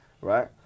right